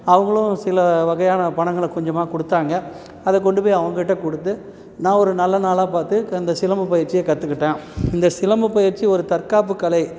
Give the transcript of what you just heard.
அவங்களும் சில வகையான பணங்களை கொஞ்சமாக கொடுத்தாங்க அதை கொண்டு போய் அவங்கக்கிட்ட கொடுத்து நான் ஒரு நல்ல நாளாக பார்த்து க இந்த சிலம்பம் பயிற்சியை கற்றுக்கிட்டேன் இந்த சிலம்பம் பயிற்சி ஒரு தற்காப்புக் கலை